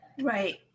Right